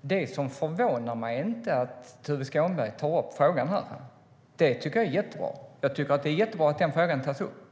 Det som förvånar mig är inte att Tuve Skånberg tar upp frågan. Jag tycker att det är jättebra att den tas upp.